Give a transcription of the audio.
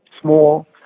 small